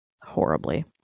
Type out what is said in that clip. horribly